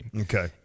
Okay